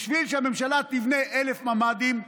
בשביל שהממשלה תבנה 1,000 ממ"דים,